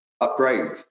upgrade